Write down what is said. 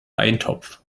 eintopf